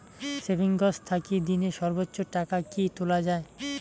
Savings থাকি দিনে সর্বোচ্চ টাকা কি তুলা য়ায়?